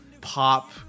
pop